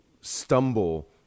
stumble